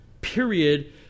period